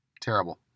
Terrible